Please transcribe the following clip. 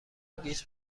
گیج